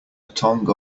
tongue